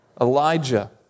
Elijah